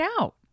out